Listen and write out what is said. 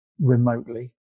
remotely